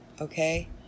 Okay